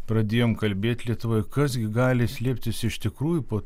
pradėjom kalbėt lietuvoj kas gi gali slėptis iš tikrųjų po